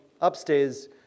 upstairs